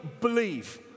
believe